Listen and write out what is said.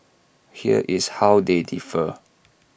here is how they differ